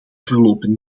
verlopen